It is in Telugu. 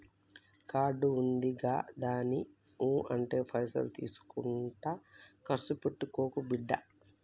కార్డు ఉందిగదాని ఊ అంటే పైసలు తీసుకుంట కర్సు పెట్టుకోకు బిడ్డా